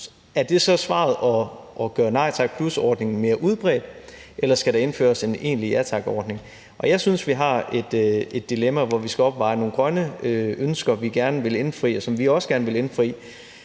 Er det så svaret, at gøre Nej Tak+-ordningen mere udbredt, eller skal der indføres en egentlig Ja Tak-ordning? Jeg synes, vi har et dilemma, hvor vi skal afveje nogle grønne ønsker, som vi også gerne vil indfri,